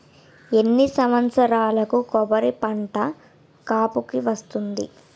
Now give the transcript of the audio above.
ఎన్ని సంవత్సరాలకు కొబ్బరి పంట కాపుకి వస్తుంది?